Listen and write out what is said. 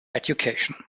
education